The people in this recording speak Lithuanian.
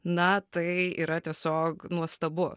na tai yra tiesiog nuostabu